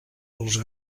els